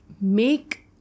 make